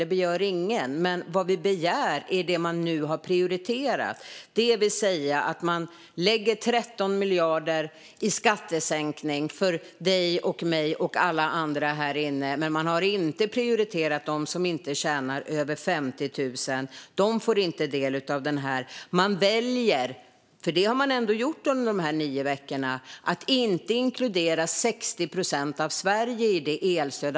Men det vi begär handlar om det som man nu har prioriterat, det vill säga att man lägger 13 miljarder i skattesänkning för dig och mig och alla andra här inne, men man har inte prioriterat dem som inte tjänar över 50 000. De får inte del av detta. Man väljer - detta val har man gjort under dessa nio veckor - att inte inkludera 60 procent av Sverige i elstödet.